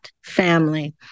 family